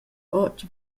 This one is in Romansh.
otg